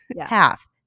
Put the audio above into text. half